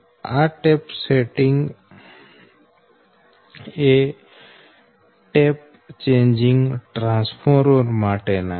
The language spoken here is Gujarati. આ ટેપ ચેંજિંગ ટ્રાન્સફોર્મર માટે છે